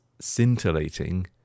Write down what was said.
scintillating